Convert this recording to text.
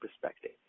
perspective